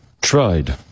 tried